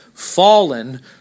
Fallen